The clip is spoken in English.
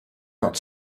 not